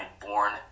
born